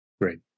Great